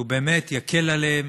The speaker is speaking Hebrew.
כי הוא באמת יקל עליהם